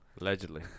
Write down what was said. Allegedly